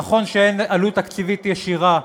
נכון שאין עלות תקציבית ישירה,